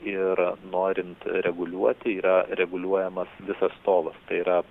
ir norint reguliuoti yra reguliuojamas visas stovas tai yra